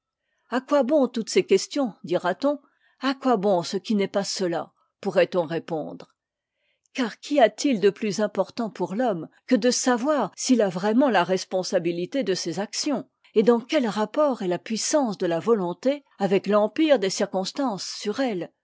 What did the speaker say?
a quoi bon toutes ces questions dira-t-on a quoi bon ce qui n'est pas cela pourrait-on répondre car qu'y a-t-il de plus important pour l'homme que de savoir s'il a vraiment la responsabilité de ses actions et dans quel rapport est la puissance de la volonté avec l'empire des circonstances sur elle